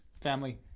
family